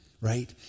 right